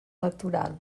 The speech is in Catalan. electoral